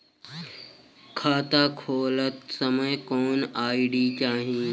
खाता खोलत समय कौन आई.डी चाही?